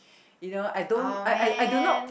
you know I don't I I I do not